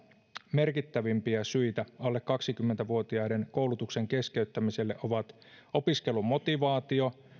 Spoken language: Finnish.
merkittävimpiä syitä alle kaksikymmentä vuotiaiden koulutuksen keskeyttämiselle ovat opiskelumotivaatio